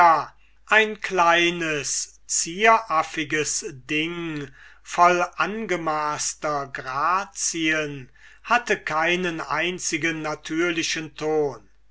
ein kleines zieraffichtes ding voller angemaßter grazien hatte keinen einzigen natürlichen ton